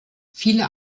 viele